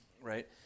right